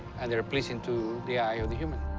and they're pleasing to the eye of the human.